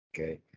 Okay